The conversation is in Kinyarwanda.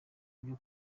ibyo